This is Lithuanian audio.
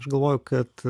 aš galvoju kad